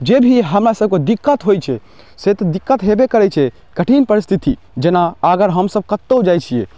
जे भी हमरा सबकेँ दिक्कत होयत छै से तऽ दिक्कत होयबे करैत छै कठिन परिस्थिति जेना अगर हमसब कतहुँ जाइत छियै